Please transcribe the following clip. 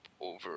over